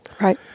Right